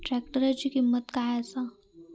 ट्रॅक्टराची किंमत काय आसा?